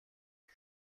die